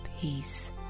peace